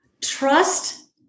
Trust